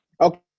Okay